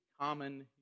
common